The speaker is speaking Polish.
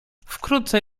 wkrótce